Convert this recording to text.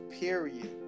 period